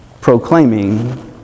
proclaiming